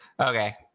Okay